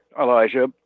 Elijah